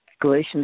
Galatians